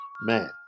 Man